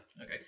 Okay